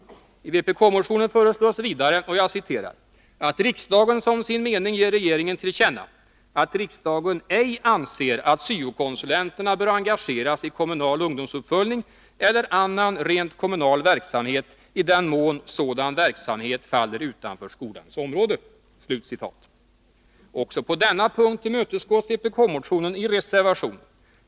I vpk-motionen föreslås vidare ”att riksdagen som sin mening ger regeringen till känna att riksdagen ej anser att syo-konsulenterna bör engageras i kommunal ungdomsuppföljning eller annan rent kommunal verksamhet i den mån sådan verksamhet faller utanför skolans område”. Också på denna punkt tillmötesgås vpk-motionen i reservationen.